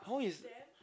how is